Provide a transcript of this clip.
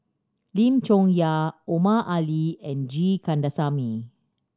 Lim Chong Yah Omar Ali and G Kandasamy